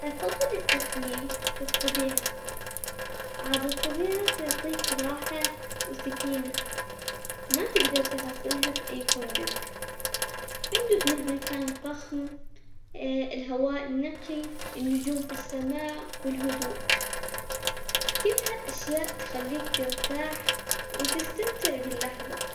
أفضل التخييم في الطبيعة عاد الطبيعة تعطيك راحة وسكينة، ما تقدر تحصلها في أي فندق الفندق مهما كان فخم الهواء النقي النجوم في السماء، والهدوء كلها أشياء تخليك ترتاح وتستمتع باللحظة.